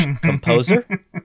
composer